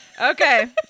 okay